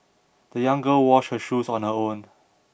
the young girl washed her shoes on her own